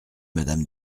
madame